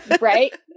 right